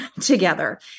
together